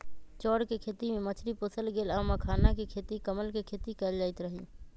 चौर कें खेती में मछरी पोशल गेल आ मखानाके खेती कमल के खेती कएल जाइत हइ